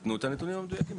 תנו את הנתונים המדויקים.